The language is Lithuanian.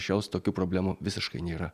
šios tokių problemų visiškai nėra